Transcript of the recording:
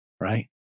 right